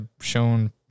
shown